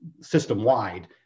system-wide